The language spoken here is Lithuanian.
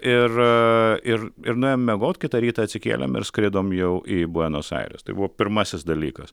ir ir ir nuėjom miegot kitą rytą atsikėlėm ir skridom jau į buenos aires tai buvo pirmasis dalykas